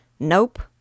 Nope